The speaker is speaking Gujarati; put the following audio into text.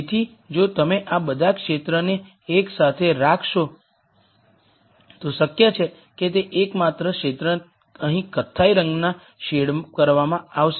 તેથી જો તમે આ બધા ક્ષેત્રોને એક સાથે રાખશો તો શક્ય છે કે તે એકમાત્ર ક્ષેત્ર અહીં કથ્થાઈ રંગમાં શેડ કરવામાં આવશે